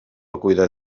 cuidar